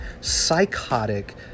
psychotic